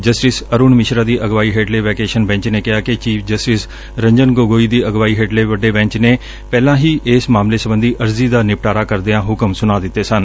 justice Arun Mishra ਦੀ ਅਗਵਾਈ ਹੇਠਲੇ ਵੈਕੇਸ਼ਨ ਬੈਂਚ ਨੇ ਕਿਹਾ ਕਿ ਚੀਫ਼ ਜਸਟਿਸ ਰੰਜਨ ਗੋਗੋਈ ਦੀ ਅਗਵਾਈ ਹੇਠਲੇ ਵੱਡੇ ਬੈਂਚ ਨੇ ਪਹਿਲਾਂ ਹੀ ਇਸ ਮਾਮਲੇ ਸਬੰਧੀ ਅਰਜ਼ੀ ਦਾ ਨਿਪਟਾਰਾ ਕਰਦਿਆਂ ਹੁਕਮ ਸੁਣਾ ਦਿੱਤੇ ਸਨ